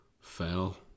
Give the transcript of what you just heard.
fell